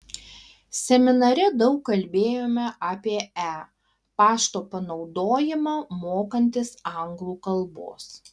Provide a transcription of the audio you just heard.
seminare daug kalbėjome apie e pašto panaudojimą mokantis anglų kalbos